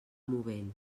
movent